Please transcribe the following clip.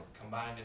Combined